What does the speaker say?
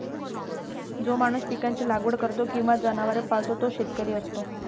जो माणूस पिकांची लागवड करतो किंवा जनावरे पाळतो तो शेतकरी असतो